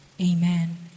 Amen